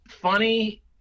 funny